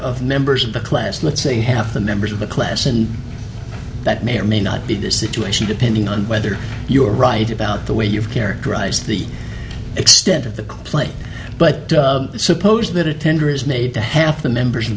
of members of the class let's say half the members of the class and that may or may not be the situation depending on whether you are right about the way you've characterize the extent of the play but suppose that a tender is made to half the members of